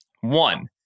one